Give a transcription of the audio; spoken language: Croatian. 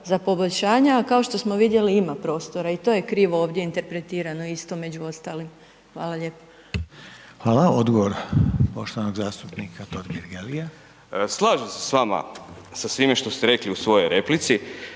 za poboljšanja a kao što smo vidjeli ima prostora i to je krivo ovdje interpretirano isto među ostalim. Hvala lijepo. **Reiner, Željko (HDZ)** Hvala odgovor poštovanog zastupnika Totgergelia. **Totgergeli, Miro (HDZ)** Slažem se s vama, sa svime što ste rekli u svojoj replici,